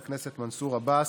חבר הכנסת רועי פולקמן,